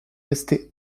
restée